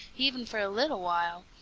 even for a little while.